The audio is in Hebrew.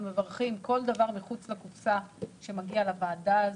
מברכים כל דבר מחוץ לקופסה שמגיע לוועדה הזאת.